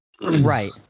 Right